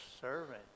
servant